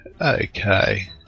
Okay